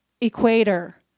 equator